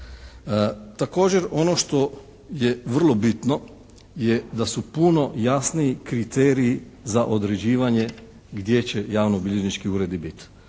Također, ono što je vrlo bitno je da su puno jasniji kriteriji za određivanje gdje će javnobilježnički uredi biti.